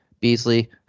beasley